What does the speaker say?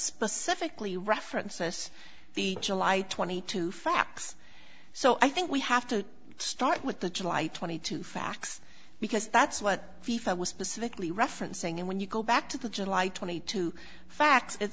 specifically referenced us the july twenty two facts so i think we have to start with the july twenty two facts because that's what i was specifically referencing and when you go back to the july twenty two facts it